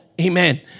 Amen